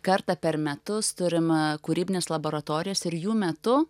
kartą per metus turim kūrybines laboratorijas ir jų metu